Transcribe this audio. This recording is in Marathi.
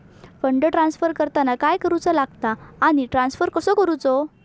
फंड ट्रान्स्फर करताना काय करुचा लगता आनी ट्रान्स्फर कसो करूचो?